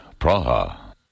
Praha